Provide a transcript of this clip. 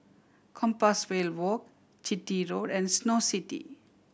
Compassvale Walk Chitty Road and Snow City